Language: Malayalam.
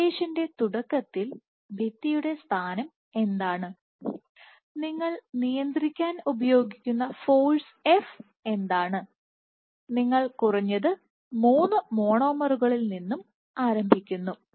സിമുലേഷന്റെ തുടക്കത്തിൽ ഭിത്തിയുടെ സ്ഥാനം എന്താണ് നിങ്ങൾ നിയന്ത്രിക്കാൻ ഉപയോഗിക്കുന്ന ഫോഴ്സ് f എന്താണ് നിങ്ങൾ കുറഞ്ഞത് 3 മോണോമറുകളിൽ ആരംഭിക്കുന്നു